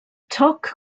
toc